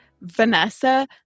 Vanessa